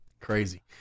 Crazy